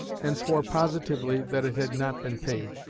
and swore positively that it had not been paid.